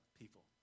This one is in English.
people